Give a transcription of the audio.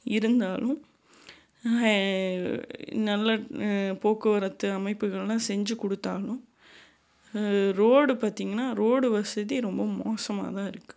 இருந்தாலும் நல்ல போக்குவரத்து அமைப்புகள்லாம் செஞ்சு கொடுத்தாலும் ரோடு பார்த்திங்கன்னா ரோடு வசதி ரொம்ப மோசமாக தான் இருக்குது